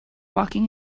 walking